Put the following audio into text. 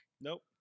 Nope